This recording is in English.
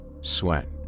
sweat